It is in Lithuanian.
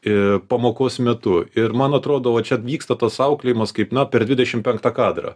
ir pamokos metu ir man atrodo čia vyksta tas auklėjimas kaip na per dvidešimt penktą kadrą